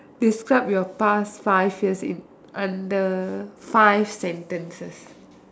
describe your past five years in under five sentences